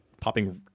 popping